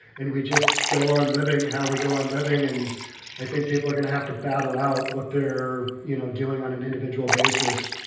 and we just go on living, how we go on living and i think people are going to have to battle out what they're, you know, doing on an individual basis.